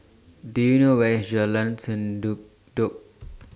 Do YOU know Where IS Jalan Sendudok